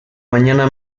mañana